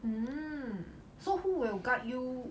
mm so who will guide you